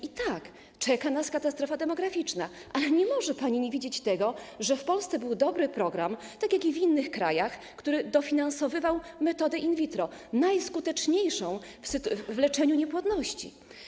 I tak, czeka nas katastrofa demograficzna, ale nie może pani nie widzieć tego, że w Polsce był dobry program, tak jak i w innych krajach, który dofinansowywał metodę in vitro, najskuteczniejszą w leczeniu niepłodności.